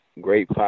great